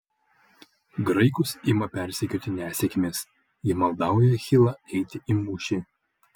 graikus ima persekioti nesėkmės jie maldauja achilą eiti į mūšį